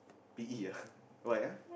P_E ah why ah